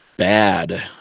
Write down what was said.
Bad